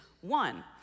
one